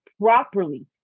Properly